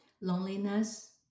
Loneliness